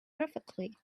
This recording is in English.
perfectly